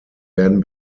werden